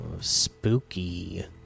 Spooky